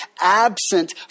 absent